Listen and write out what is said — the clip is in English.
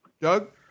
Doug